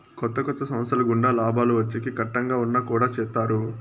కొత్త కొత్త సంస్థల గుండా లాభాలు వచ్చేకి కట్టంగా ఉన్నా కుడా చేత్తారు